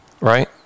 right